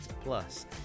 Plus